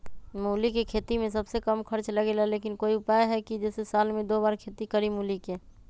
मूली के खेती में सबसे कम खर्च लगेला लेकिन कोई उपाय है कि जेसे साल में दो बार खेती करी मूली के?